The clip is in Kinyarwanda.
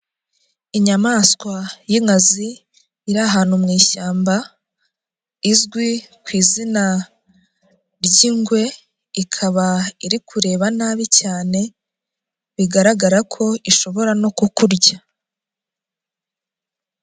Inyamaswa y'inkazi, iri ahantu mu ishyamba, izwi ku izina ry'ingwe, ikaba iri kureba nabi cyane, bigaragara ko ishobora no kukurya.